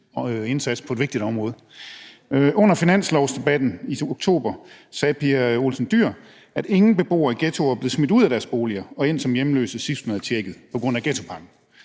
indsats på et vigtigt område. Under finanslovsdebatten i oktober sagde Pia Olsen Dyhr, at ingen beboere i ghettoer er blevet smidt ud af deres boliger og er endt som hjemløse på grund af ghettopakken,